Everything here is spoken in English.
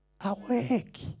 Awake